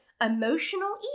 emotional